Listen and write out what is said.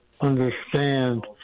understand